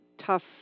tough